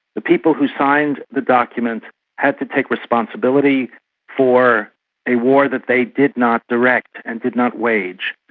the people who signed the document had to take responsibility for a war that they did not direct and did not wage.